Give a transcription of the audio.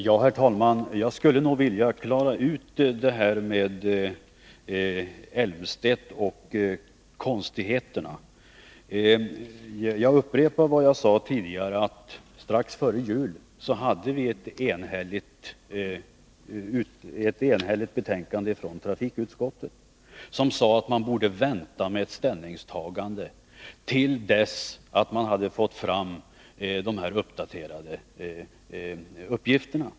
Herr talman! Jag skulle vilja klara ut detta med Claes Elmstedt och konstigheterna. Jag upprepar vad jag sade tidigare: Strax före jul hade vi uppe till behandling ett näst intill enhälligt betänkande från trafikutskottet, där det sades att vi borde vänta med ett ställningstagande till dess att vi har fått fram uppdaterade uppgifter.